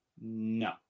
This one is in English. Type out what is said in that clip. No